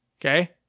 Okay